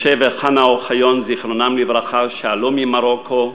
משה וחנה אוחיון, זיכרונם לברכה, שעלו ממרוקו,